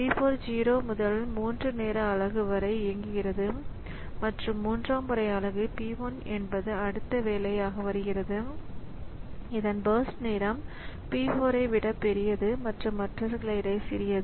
P 4 0 முதல் 3 நேர அலகு வரை இயங்குகிறது மற்றும் மூன்றாம் முறை அலகு P 1 என்பது அடுத்த வேலை ஆக வருகிறது இதன் பர்ஸ்ட் நேரம் P4 ஐ விட பெரியது மற்றும் மற்றவர்களை விட சிறியது